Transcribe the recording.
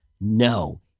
No